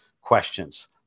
questions